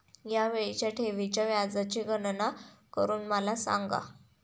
या वेळीच्या ठेवीच्या व्याजाची गणना करून मला सांगा